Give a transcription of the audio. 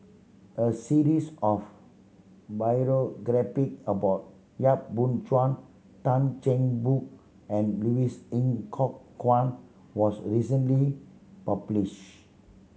a series of about Yap Boon Chuan Tan Cheng Bock and Louis Ng Kok Kwang was recently published